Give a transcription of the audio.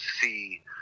see